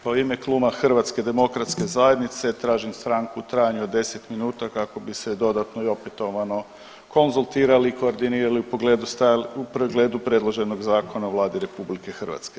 Pa u ime Kluba HDZ-a tražim stranku u trajanju od 10 minuta kako bi se dodatno i opetovano konzultirali, koordinirali u pogledu .../nerazumljivo/... u pregledu predloženog Zakona o Vladi RH.